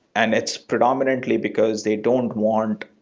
and it's predominantly because they don't want